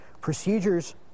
procedures